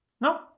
No